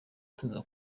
tuza